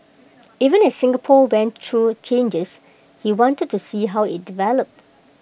even as Singapore went through changes he wanted to see how IT developed